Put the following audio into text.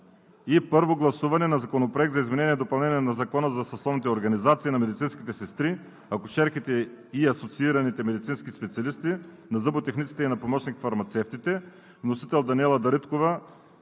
и Първо гласуване на Законопроекта за изменение и допълнение на Закона за съсловните организации на медицинските сестри, акушерките и асоциираните медицински специалисти, на зъботехниците и на помощник-фармацевтите. Вносител – Даниела Дариткова